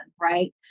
right